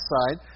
side